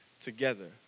together